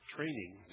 Training